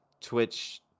Twitch